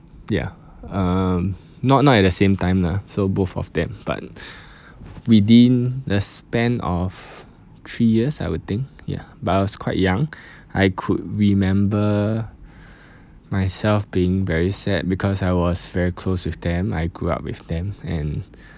ya um not not at the same time lah so both of them but within the span of three years I would think ya but I was quite young I could remember myself being very sad because I was very close with them I grew up with them and